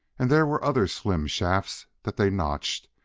and there were other slim shafts that they notched,